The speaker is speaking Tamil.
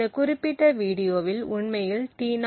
இந்த குறிப்பிட்ட வீடியோவில் உண்மையில் T0